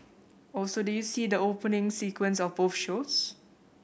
also did you see the opening sequence of both shows